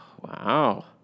Wow